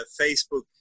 Facebook